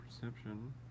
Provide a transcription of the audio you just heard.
perception